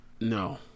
No